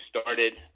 started